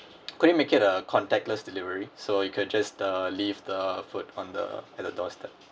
could you make it uh contactless delivery so you could just uh leave the food on the at the doorstep